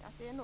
Fru talman! Jag vill